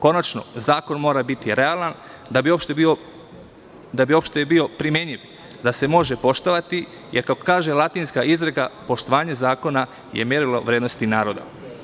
Konačno, zakon mora biti realan da bi uopšte bio primenjiv, da se može poštovati, jer kako kaže latinska izreka – Poštovanje zakona je merilo vrednosti naroda.